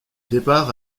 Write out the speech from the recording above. départ